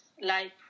life